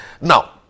Now